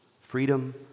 freedom